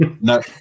no